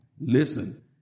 Listen